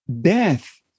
death